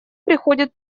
приходит